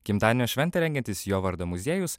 gimtadienio šventę rengiantys jo vardo muziejus